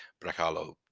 Bracalo